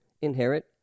inherit